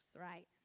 right